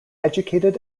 educated